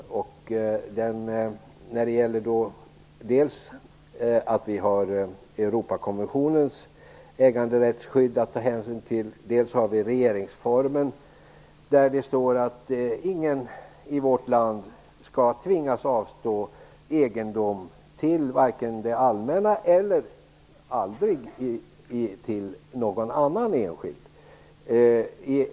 Vi har att ta hänsyn till dels Europakonventionens äganderättsskydd, dels regeringsformen, där det står att ingen i vårt land skall tvingas avstå egendom till det allmänna och aldrig till någon annan enskild.